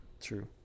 True